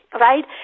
right